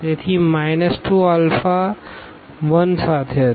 તેથી minus 2 alpha 1 સાથે હતી